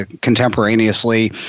contemporaneously